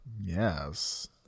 Yes